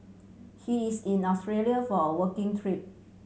he is in Australia for a working trip